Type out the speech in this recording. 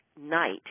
night